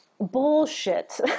bullshit